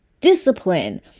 discipline